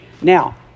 Now